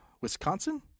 Wisconsin